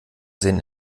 sehen